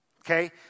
Okay